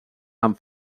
amb